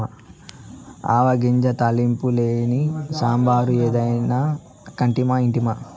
ఆవ గింజ తాలింపు లేని సాంబారు ఏదైనా కంటిమా ఇంటిమా